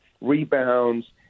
rebounds